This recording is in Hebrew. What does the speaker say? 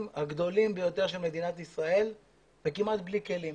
הגדולים ביותר של מדינת ישראל וכמעט בלי כלים.